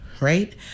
right